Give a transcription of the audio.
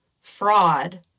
fraud